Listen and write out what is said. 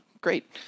Great